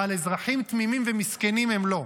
אבל אזרחים תמימים ומסכנים הם לא.